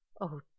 Oh